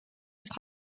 ist